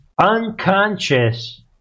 unconscious